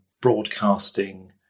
broadcasting